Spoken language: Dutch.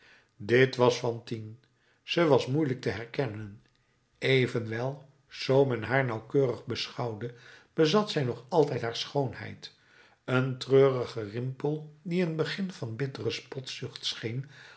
dit was fantine ze was moeilijk te herkennen evenwel zoo men haar nauwkeurig beschouwde bezat zij nog altijd haar schoonheid een treurige rimpel die een begin van bittere spotzucht scheen